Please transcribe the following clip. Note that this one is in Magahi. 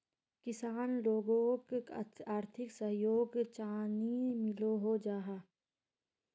किसान लोगोक आर्थिक सहयोग चाँ नी मिलोहो जाहा?